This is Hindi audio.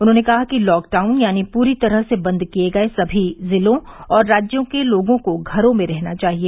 उन्होंने कहा कि लॉक डाउन यानी प्री तरह से बंद किए गए सभी जिलों और राज्यों के लोगों को घरों में रहना चाहिए